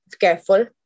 careful